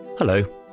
Hello